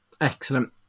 Excellent